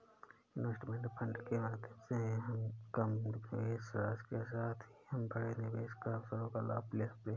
investment fund के माध्यम से हम कम निवेश राशि के साथ भी हम बड़े निवेश के अवसरों का लाभ ले सकते हैं